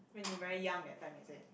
when you very young that time is it